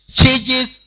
changes